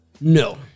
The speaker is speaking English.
No